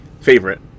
favorite